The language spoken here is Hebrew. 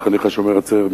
חניך "השומר הצעיר",